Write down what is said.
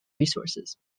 resources